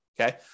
okay